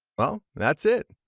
well that's it,